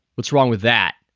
what's wrong with that?